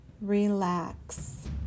relax